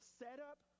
setup